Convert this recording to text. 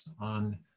on